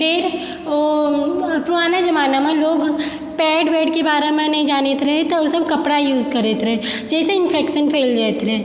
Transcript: फेर ओ पुराना जमानामे लोग पैड वैडके बारेमे नहि जानैत रहय तऽ ओसब कपड़ा यूज करैत रहय जैसँ इन्फेक्शन फैल जाइत रहय